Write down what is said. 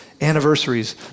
anniversaries